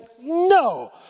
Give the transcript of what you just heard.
no